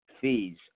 fees